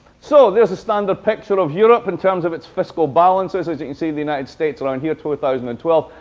so, there's a standard picture of europe in terms of its fiscal balances. as you can see, the united states around here, two thousand and twelve.